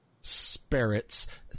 spirits